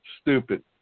Stupid